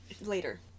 later